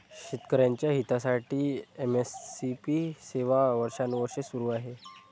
शेतकऱ्यांच्या हितासाठी एम.एस.पी सेवा वर्षानुवर्षे सुरू आहे